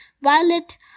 Violet